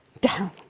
down